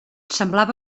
semblava